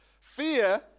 Fear